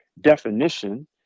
definition